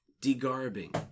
de-garbing